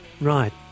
Right